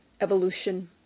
evolution